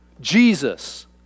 Jesus